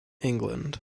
england